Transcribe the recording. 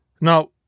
Now